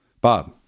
Bob